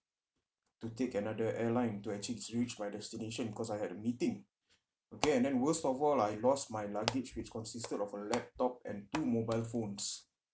to take another airline to actually reach my destination cause I had a meeting okay and then worst of all I lost my luggage which consisted of a laptop and two mobile phones